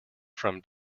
from